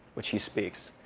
which he speaks.